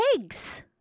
eggs